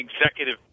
executive